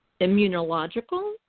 immunological